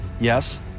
yes